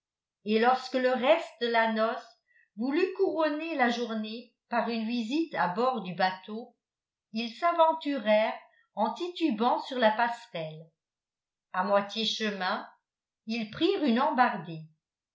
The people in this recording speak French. et lorsque le reste de la noce voulut couronner la journée par une visite à bord du bateau ils s'aventurèrent en titubant sur la passerelle a moitié chemin ils prirent une embardée